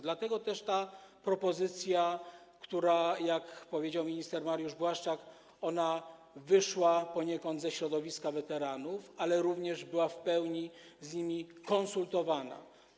Dlatego też jest ta propozycja, która, jak powiedział minister Mariusz Błaszczak, wyszła poniekąd ze środowiska weteranów, ale była również w pełni z nimi konsultowana.